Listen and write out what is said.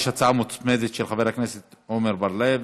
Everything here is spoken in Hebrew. יש הצעה מוצמדת, של חבר הכנסת עמר בר-לב.